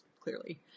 clearly